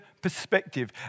perspective